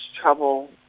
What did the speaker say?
trouble